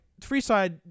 Freeside